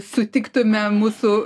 sutiktume mūsų